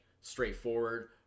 straightforward